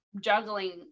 juggling